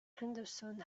henderson